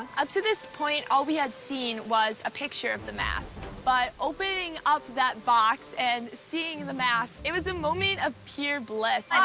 up to this point, all we had seen was a picture of the mask, but opening up that box and seeing the mask, it was a moment of pure bliss.